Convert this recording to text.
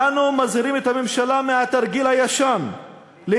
אנו מזהירים את הממשלה מהתרגיל הישן של